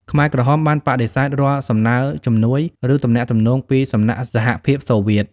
ខ្មែរក្រហមបានបដិសេធរាល់សំណើជំនួយ ឬទំនាក់ទំនងពីសំណាក់សហភាពសូវៀត។